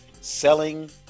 selling